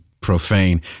profane